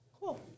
Cool